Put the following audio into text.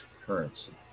currency